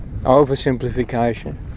Oversimplification